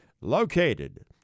Located